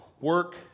work